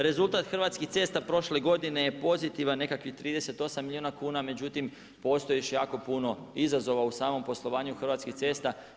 Rezultat Hrvatskih cesta prošle godine je pozitivan, nekakvih 38 milijuna kuna, međutim, postoji još jako puno izazova u samom poslovanju Hrvatskih cesta.